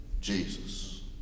Jesus